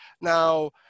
now